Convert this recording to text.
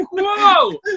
whoa